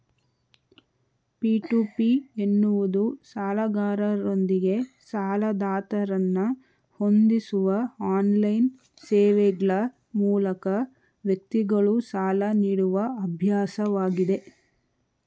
P to P ಎನ್ನುವುದು ಸಾಲಗಾರರೊಂದಿಗೆ ಸಾಲದಾತರನ್ನ ಹೊಂದಿಸುವ ಆನ್ಲೈನ್ ಸೇವೆಗ್ಳ ಮೂಲಕ ವ್ಯಕ್ತಿಗಳು ಸಾಲ ನೀಡುವ ಅಭ್ಯಾಸವಾಗಿದೆ